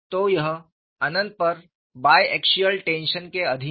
तो यह अनंत पर बाए एक्सियल टेंशन के अधीन है